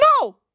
No